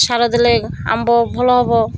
ସାର ଦେଲେ ଆମ୍ବ ଭଲ ହେବ